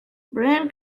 brand